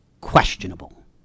questionable